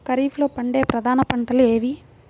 ఖరీఫ్లో పండే ప్రధాన పంటలు ఏవి?